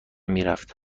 میرفت